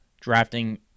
drafting